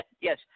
Yes